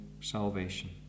salvation